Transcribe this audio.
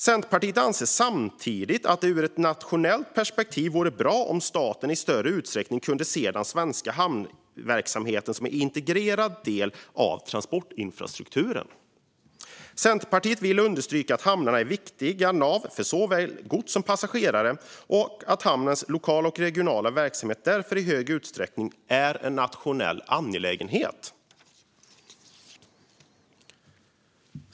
Centerpartiet anser samtidigt att det ur ett nationellt perspektiv vore bra om staten i större utsträckning kunde se den svenska hamnverksamheten som en integrerad del av transportinfrastrukturen. Centerpartiet vill understryka att hamnarna är viktiga nav för såväl gods som passagerare och att hamnarnas lokala och regionala verksamhet därför i hög utsträckning är en nationell angelägenhet.